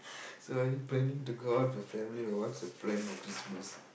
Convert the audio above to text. so are you planning to go out with your family or what's your plan for Christmas